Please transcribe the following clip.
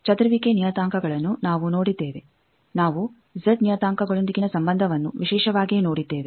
ಚದುರುವಿಕೆ ನಿಯತಾಂಕಗಳನ್ನು ನಾವು ನೋಡಿದ್ದೇವೆ ನಾವು ಜೆಡ್ ನಿಯತಾಂಕಗಳೊಂದಿಗಿನ ಸಂಬಂಧವನ್ನು ವಿಶೇಷವಾಗಿ ನೋಡಿದ್ದೇವೆ